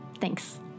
thanks